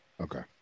okay